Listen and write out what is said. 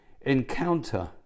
encounter